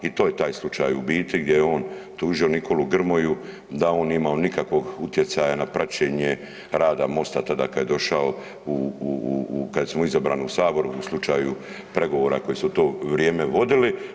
I to je taj slučaj u biti gdje je on tužio Nikolu Grmoju da on nije imao nikakvog utjecaja na praćenje rada Mosta tada kada je došao kada smo izabrani u Sabor u slučaju pregovora koji su se u to vrijeme vodili.